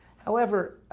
however,